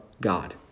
God